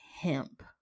hemp